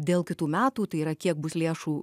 dėl kitų metų tai yra kiek bus lėšų